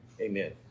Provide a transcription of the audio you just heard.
amen